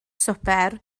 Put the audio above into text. swper